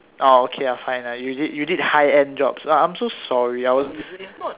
oh okay ah fine ah you did you did high end jobs ah I'm so sorry I was